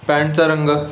पॅन्टचा रंग